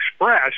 Express